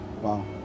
wow